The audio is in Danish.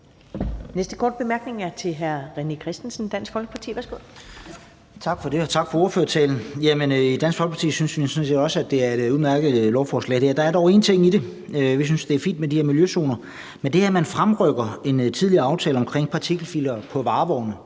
næste korte bemærkning er til hr. René Christensen, Dansk Folkeparti. Værsgo. Kl. 14:59 René Christensen (DF): Tak for det, og tak for ordførertalen. I Dansk Folkeparti synes vi sådan set også, at det her er et udmærket lovforslag. Der er dog én ting i det. Vi synes, at det er fint med de her miljøzoner, men i forhold til at man fremrykker en tidligere aftale omkring partikelfiltre på varevogne,